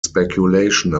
speculation